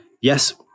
Yes